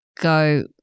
Go